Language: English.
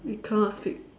you cannot speak